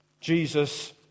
Jesus